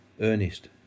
Ernest